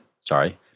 sorry